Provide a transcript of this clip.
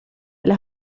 las